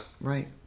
Right